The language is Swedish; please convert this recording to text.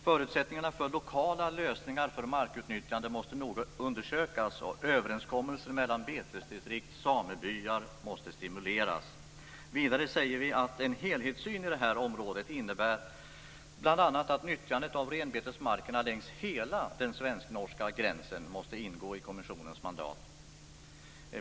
Förutsättningarna för lokala lösningar för markutnyttjande måste noga undersökas och överenskommelser mellan betesdistrikt och samebyar stimuleras. Vidare säger vi att en helhetssyn på området innebär bl.a. att nyttjandet av renbetesmarkerna längs hela den svensk-norska gränsen måste ingå i kommissionens mandat.